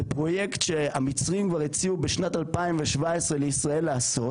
זה פרויקט שהמצרים כבר הציעו בשנת 2017 לישראל לעשות.